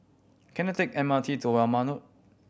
can I take M R T to Warna Road